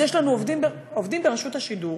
אז יש לנו עובדים ברשות השידור